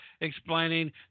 explaining